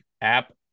app